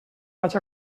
vaig